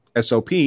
SOP